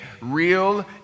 real